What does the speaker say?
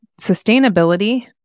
sustainability